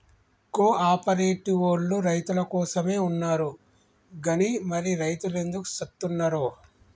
కో ఆపరేటివోల్లు రైతులకోసమే ఉన్నరు గని మరి రైతులెందుకు సత్తున్నరో